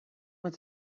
them